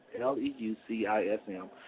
L-E-U-C-I-S-M